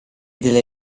delle